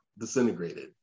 disintegrated